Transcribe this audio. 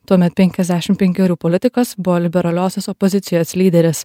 tuomet penkiasdešim penkerių politikas buvo liberaliosios opozicijos lyderis